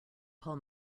paul